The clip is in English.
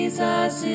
Jesus